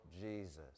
Jesus